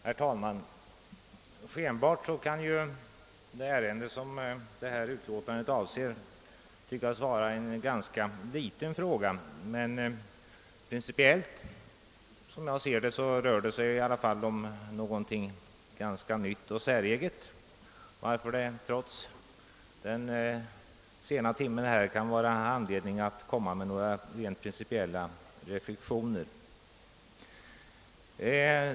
Herr talman! Det ärende som behandlas i detta utlåtande kan ju skenbart tyckas vara rätt obetydligt, men enligt min uppfattning rör det sig principiellt om någonting ganska nytt och säreget, varför det trots den sena timmen kan finnas anledning framföra några rent principiella reflexioner.